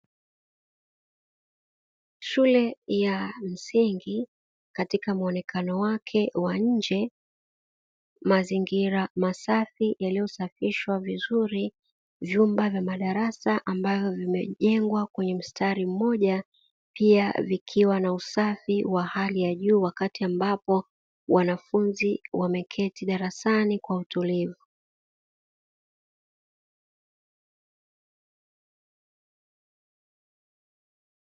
Shule ya msingi, katika muonekano wake wa nje; mazingira masafi yaliyosafishwa vizuri, vyumba vya madarasa ambavyo vimejengwa kwenye msitari mmoja, pia vikiwa na usafi wa hali ya juu wakati ambapo wanafunzi wameketi darasani kwa utulivu.